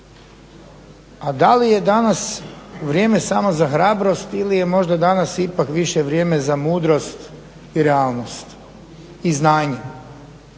A da li je danas vrijeme samo za hrabrost ili je možda danas ipak više vrijeme za mudrost i realnost i znanje?